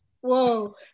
whoa